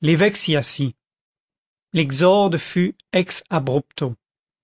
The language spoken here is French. l'évêque s'y assit l'exorde fut